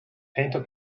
painter